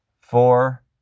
Four